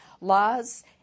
laws